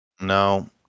No